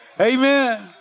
Amen